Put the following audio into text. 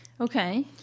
Okay